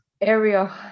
area